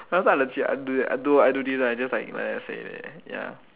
last time I legit like I do that do this one I just say